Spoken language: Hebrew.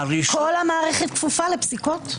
כל המערכת כפופה לפסיקות.